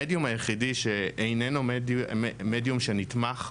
המדיום היחידי שאינו מדיום שנתמך,